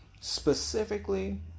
Specifically